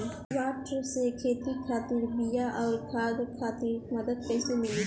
नाबार्ड से खेती खातिर बीया आउर खाद खातिर मदद कइसे मिली?